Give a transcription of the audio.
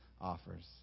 offers